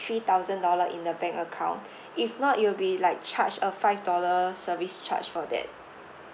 three thousand dollar in the bank account if not you'll be like charged a five dollar service charge for that